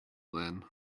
then